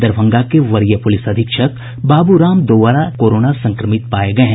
दरभंगा के वरीय पुलिस अधीक्षक बाबू राम दोबारा कोरोना संक्रमित पाये गये हैं